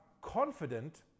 confident